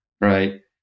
right